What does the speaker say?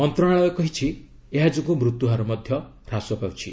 ମନ୍ତ୍ରଣାଳୟ କହିଛି ଏହାଯୋଗୁଁ ମୃତ୍ୟୁହାର ମଧ୍ୟ ହ୍ରାସ ପାଉଛି